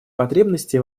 потребности